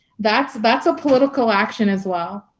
that's that's a political action as well?